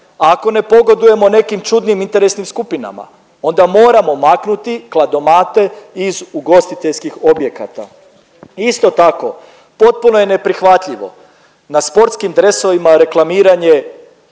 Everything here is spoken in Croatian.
ako ne pogodujemo nekim čudnim interesnim skupinama, onda moramo maknuti kladomate iz ugostiteljskih objekata. Isto tako, potpuno je neprihvatljivo na sportskim dresovima reklamiranje